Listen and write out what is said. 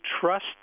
trust